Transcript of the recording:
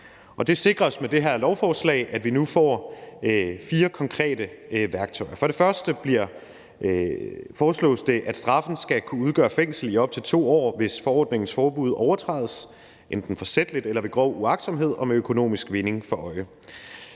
Det sikres med det her lovforslag, at vi nu får fire konkrete værktøjer. For det første foreslås det, at straffen skal kunne udgøre fængsel i op til 2 år, hvis forordningens forbud overtrædes enten forsætligt eller ved grov uagtsomhed og med økonomisk vinding for øje.